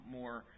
more